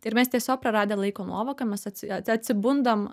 ir mes tiesiog praradę laiko nuovoką mes atsi a atsibundam